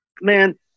man